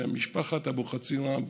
ומשפחת אבוחצירא,